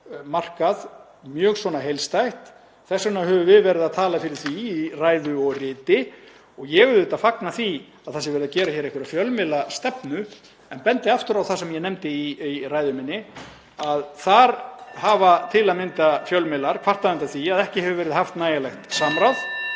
markað mjög heildstætt. Þess vegna höfum við verið að tala fyrir því í ræðu og riti. Ég auðvitað fagna því að það sé verið að gera hér einhverja fjölmiðlastefnu en bendi aftur á það sem ég nefndi í ræðu minni, (Forseti hringir.) að þar hafa til að mynda fjölmiðlar kvartað undan því að ekki hefur verið haft nægilegt samráð,